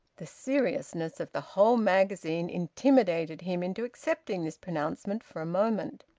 the seriousness of the whole magazine intimidated him into accepting this pronouncement for a moment,